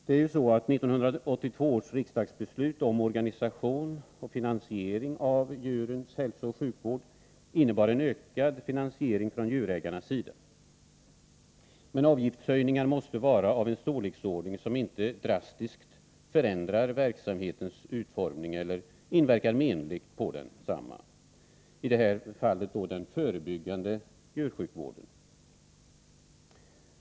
1982 års riksdagsbeslut om organisation och finansiering av djurens hälsooch sjukvård innebar en ökad finansiering från djurägarnas sida. Men avgiftshöjningar måste vara av en storleksordning som inte drastiskt förändrar verksamhetens utform ning eller inverkar menligt på verksamheten, i det här fallet den förebyggande djursjukvården.